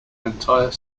entire